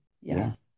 Yes